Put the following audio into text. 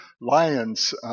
lions